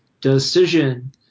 decision